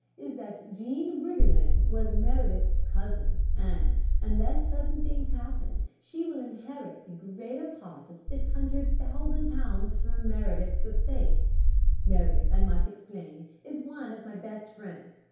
is that jean briggerland was meredith's cousin, and unless certain things happen, she will inherit the greater part of six hundred thousand pounds from meredith's estate. meredith, i might explain, is one of my best friends,